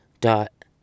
dot